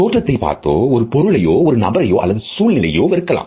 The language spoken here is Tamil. தோற்றத்தைப் பார்த்து ஒரு பொருளையோ ஒரு நபரையோ அல்லது சூழ்நிலையையும் வெறுக்கலாம்